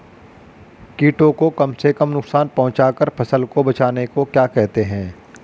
कीटों को कम से कम नुकसान पहुंचा कर फसल को बचाने को क्या कहते हैं?